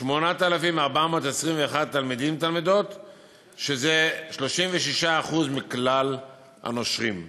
8,421 תלמידים, שזה 36% מכלל הנושרים.